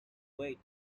wade